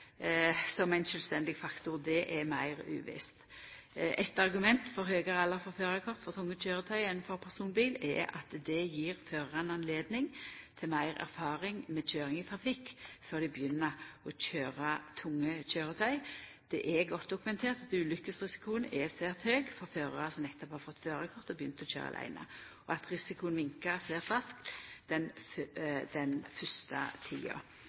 som ein sjølvstendig faktor, er meir uvisst. Eit argument for høgare alder for førarkort for tunge køyretøy enn for personbil er at det gjev førarane eit høve til å få meir erfaring med køyring i trafikk før dei begynner å køyra tunge køyretøy. Det er godt dokumentert at ulykkesrisikoen er svært høg for førarar som nettopp har fått førarkort og har begynt å køyra aleine, og at risikoen minkar svært raskt den